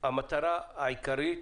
המטרה העיקרית.